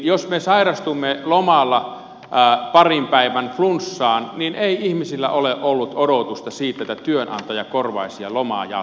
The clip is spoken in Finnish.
jos me sairastumme lomalla parin päivän flunssaan niin ei ihmisillä ole ollut odotusta siitä että työnantaja korvaisi ja loma jatkuisi